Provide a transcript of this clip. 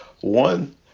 one